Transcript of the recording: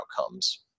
outcomes